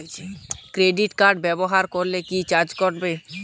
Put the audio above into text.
Credit card ব্যাবহার করলে কি চার্জ কাটবে?